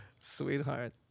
sweetheart